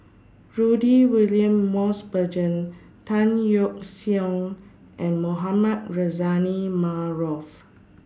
Rudy William Mosbergen Tan Yeok Seong and Mohamed Rozani Maarof